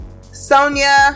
sonia